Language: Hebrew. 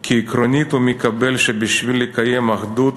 כי עקרונית הוא מקבל שבשביל לקיים אחדות